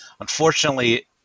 Unfortunately